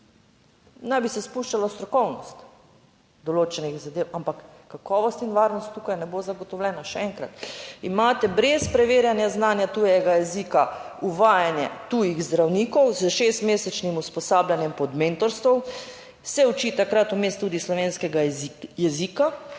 Ne bi se spuščala v strokovnost določenih zadev, ampak kakovost in varnost tukaj ne bo zagotovljena. Še enkrat, imate brez preverjanja znanja tujega jezika uvajanje tujih zdravnikov s šest mesečnim usposabljanjem, pod mentorstvom, se uči takrat vmes tudi slovenskega jezika.